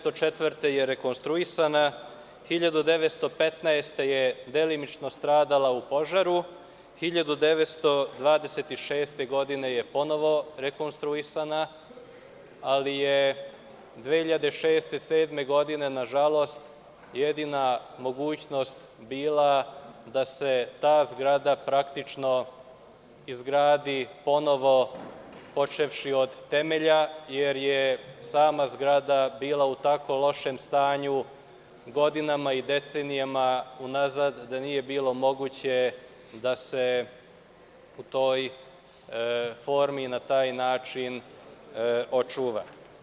Godine 1904. je rekonstruisana, 1915. godine je delimično stradala u požaru, 1926. godine je ponovo rekonstruisana, ali je 2006, 2007. godine, nažalost, jedina mogućnost bila da se ta zgrada praktično izgradi ponovo, počevši od temelja, jer je sama zgrada bila u tako lošem stanju godinama i decenijama unazad da više nije bilo moguće da se u toj formi i na taj način očuva.